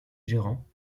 gérant